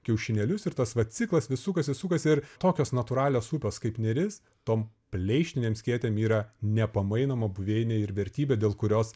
kiaušinėlius ir tas va ciklas vis sukasi sukasi ir tokios natūralios upės kaip neris tom pleištinė skėtėm yra nepamainoma buveinė ir vertybė dėl kurios